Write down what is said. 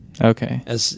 okay